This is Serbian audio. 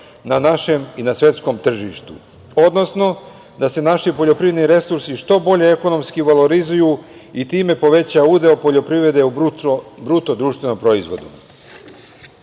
na našem i na svetskom tržištu, odnosno da se naši poljoprivredni resursi što bolje ekonomski valorizuju i time poveća udeo poljoprivrede u BDP, da ne govorim